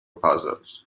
puzzles